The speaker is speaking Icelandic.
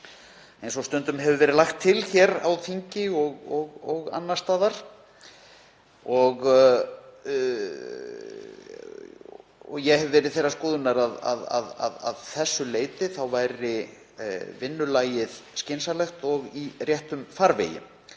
eins og stundum hefur verið lagt til hér á þingi og annars staðar. Ég hef verið þeirrar skoðunar að vinnulagið væri að því leyti skynsamlegt og í réttum farvegi.